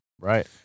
Right